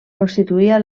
constituïa